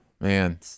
man